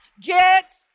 get